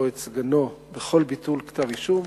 הפרקליט הצבאי או את סגנו בכל ביטול כתב אישום,